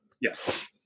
Yes